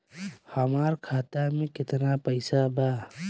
हमार खाता में केतना पैसा बा?